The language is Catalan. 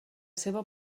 seva